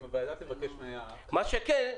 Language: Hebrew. מה שכן,